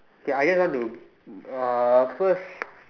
okay I just want to uh first